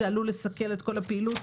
זה עלול לסכל את כל הפעילות,